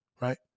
Right